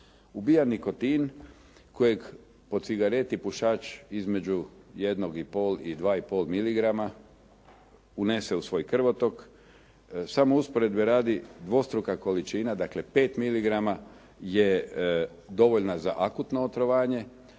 Ubija nikotin kojeg po cigareti pušač između jednog i pol i dva i pol miligrama unese u svoj krvotok. Samo usporedbe radi dvostruka količina, dakle 5 miligrama je dovoljna za akutno otrovanje,